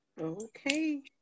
okay